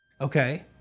Okay